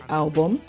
album